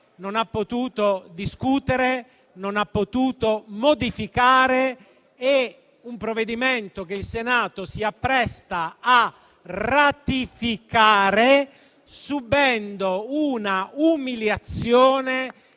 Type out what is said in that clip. non ha potuto discutere, non ha potuto modificare. È un provvedimento che il Senato si appresta a ratificare subendo una umiliazione